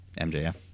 MJF